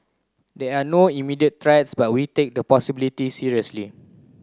there are no immediate threats but we take the possibility seriously